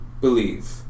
believe